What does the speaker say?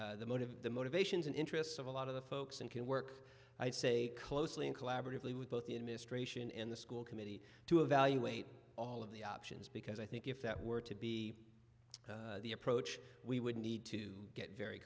motive the motivations and interests of a lot of the folks and can work i say closely in collaboratively with both the administration in the school committee to evaluate all of the options because i think if that were to be the approach we would need to get very